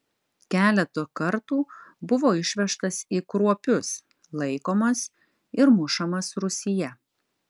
keletą kartų buvo išvežtas į kruopius laikomas ir mušamas rūsyje